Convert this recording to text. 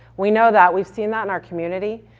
we know that, we've seen that in our community,